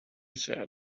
said